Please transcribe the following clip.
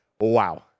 Wow